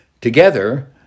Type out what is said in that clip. Together